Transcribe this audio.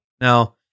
Now